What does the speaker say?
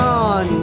on